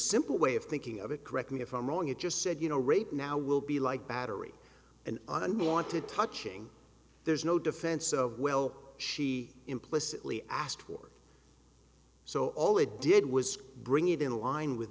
simple way of thinking of it correct me if i'm wrong it just said you know rape now will be like battery an unwanted touching there's no defense of well she implicitly asked for so all it did was bring it in line with